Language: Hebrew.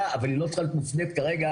אבל היא לא צריכה להיות מופנית לועדה,